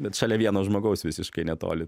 bet šalia vieno žmogaus visiškai netoli